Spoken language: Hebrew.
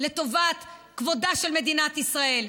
לטובת כבודה של מדינת ישראל,